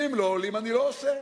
אם לא עולים, אני לא עושה.